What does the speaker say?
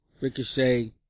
Ricochet